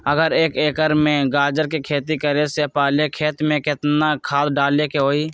अगर एक एकर में गाजर के खेती करे से पहले खेत में केतना खाद्य डाले के होई?